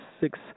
six